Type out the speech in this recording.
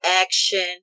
action